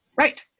Right